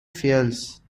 fields